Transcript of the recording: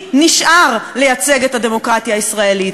מי נשאר לייצג את הדמוקרטיה הישראלית?